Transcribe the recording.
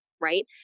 right